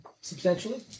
substantially